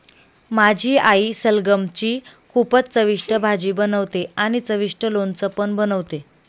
माझी आई सलगम ची खूपच चविष्ट भाजी बनवते आणि चविष्ट लोणचं पण बनवते